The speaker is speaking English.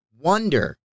wonder